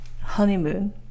honeymoon